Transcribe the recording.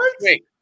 wait